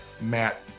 Matt